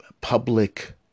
public